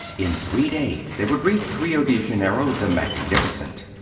in three days they would reach rio de janeiro, the magnificent.